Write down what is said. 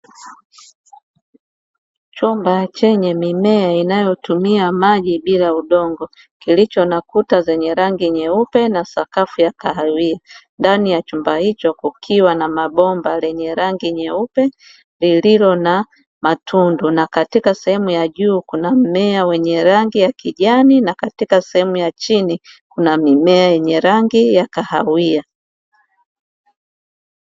Chumba chenye mimea inayotumia maji bila udongo, kilicho na kuta zenye rangi nyeupe na sakafu ya kahawia. Ndani ya chumba hicho kukiwa na bomba lenye rangi nyeupe lililo na matundu. Na katika sehemu ya juu kuna mmea wenye rangi ya kijani na katika sehemu ya chini kuna mimea yenye rangi ya kahawia.